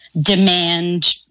demand